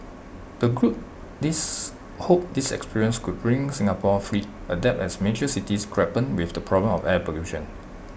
the group this hope this experience could bring Singapore's fleet adapt as major cities grapple with the problem of air pollution